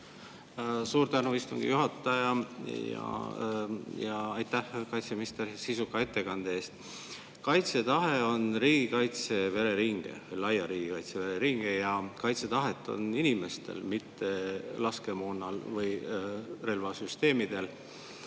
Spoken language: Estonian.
Suur tänu, istungi juhataja! Ja aitäh, kaitseminister, sisuka ettekande eest! Kaitsetahe on riigikaitse vereringe, laia riigikaitse vereringe. Ja kaitsetahet on inimestel, mitte laskemoonal või relvasüsteemidel.